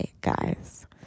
guys